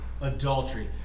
adultery